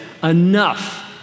enough